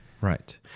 Right